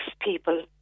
people